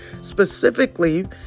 specifically